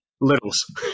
littles